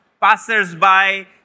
Passers-by